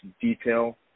detail